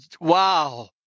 Wow